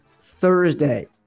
Thursday